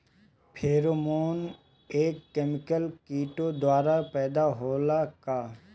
Pheromone एक chemical किटो द्वारा पैदा होला का?